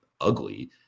ugly